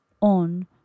on